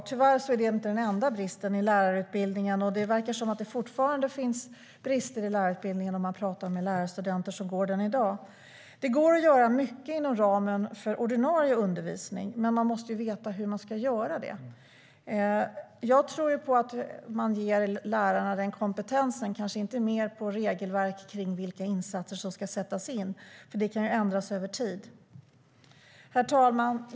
Tyvärr är det inte den enda bristen i lärarutbildningen, och det verkar som att det fortfarande finns brister i lärarutbildningen om man pratar med lärarstudenter som går utbildningen i dag. Herr talman!